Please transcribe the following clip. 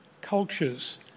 cultures